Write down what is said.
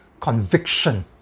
conviction